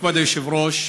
כבוד היושב-ראש,